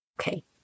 okay